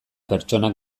pertsonak